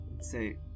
say